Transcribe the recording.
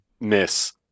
miss